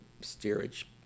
steerage